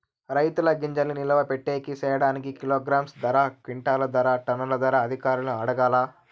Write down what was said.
రైతుల గింజల్ని నిలువ పెట్టేకి సేయడానికి కిలోగ్రామ్ ధర, క్వింటాలు ధర, టన్నుల ధరలు అధికారులను అడగాలా?